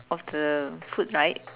of the foot right